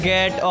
Get